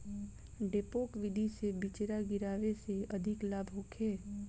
डेपोक विधि से बिचरा गिरावे से अधिक लाभ होखे?